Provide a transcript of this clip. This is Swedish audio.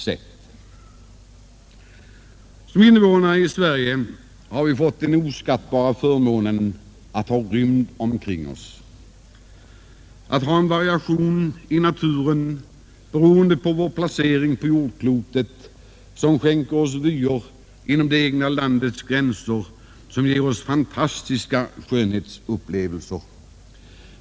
Som invånare i Sverige har vi fått den oskattbara förmånen att ha rymd omkring oss, att ha en variation i naturen beroende på vårt lands placering på jordklotet, som skänker oss fantastiska skönhetsupplevelser inom det egna landets gränser.